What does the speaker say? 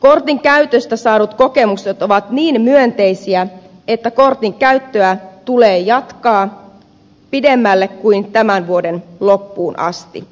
kortin käytöstä saadut kokemukset ovat niin myönteisiä että kortin käyttöä tulee jatkaa pidemmälle kuin tämän vuoden loppuun asti